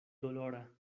dolora